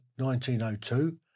1902